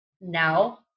now